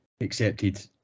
accepted